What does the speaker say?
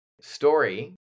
story